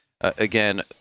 again